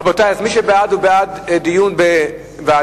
רבותי, אז מי שבעד הוא בעד דיון בוועדה.